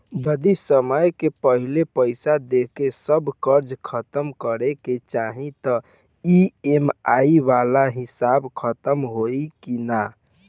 जदी समय से पहिले पईसा देके सब कर्जा खतम करे के चाही त ई.एम.आई वाला हिसाब खतम होइकी ना?